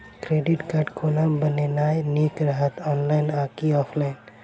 Credit card कोना बनेनाय नीक रहत? ऑनलाइन आ की ऑफलाइन?